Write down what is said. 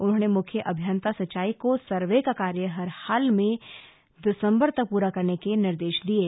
उन्होंने मुख्य अभियंता सिंचाई को सर्वे का कार्य हर हाल में दिसम्बर तक पूरी करने के निर्देश दिये